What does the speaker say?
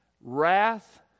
wrath